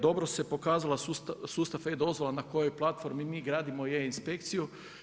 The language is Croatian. Dobro se pokazala sustav e dozvola na kojoj platformi mi gradimo i e inspekciju.